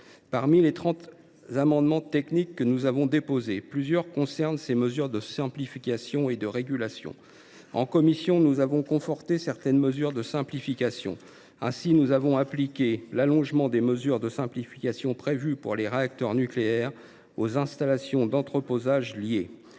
Parmi les trente amendements techniques que nous avons déposés, plusieurs concernent ces dispositions de simplification et de régulation. En commission, nous avons conforté certaines mesures de simplification. Ainsi, nous avons appliqué l’allongement de celles qui sont prévues pour les réacteurs nucléaires aux installations d’entreposage liées.